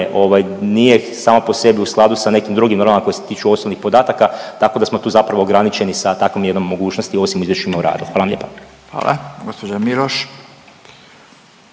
nije samo po sebi u skladu sa nekim drugim normama koje se tiču osobnih podataka, tako da smo tu zapravo ograničeni sa takvom jednom mogućnosti, osim izvješćima o radu. Hvala vam lijepa. **Radin, Furio